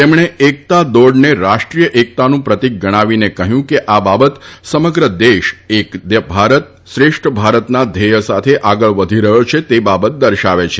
તેમણે એકતા દોડને રાષ્ટ્રીય એકતાનું પ્રતીક ગણાવીને કહયું હતું કે આ બાબત સમગ્ર દેશ એક ભારત શ્રેષ્ઠ ભારતના ધ્યેય સાથે આગળ વધી રહયો છે તે બાબત દર્શાવે છે